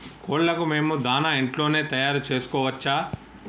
కోళ్లకు మేము దాణా ఇంట్లోనే తయారు చేసుకోవచ్చా?